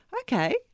Okay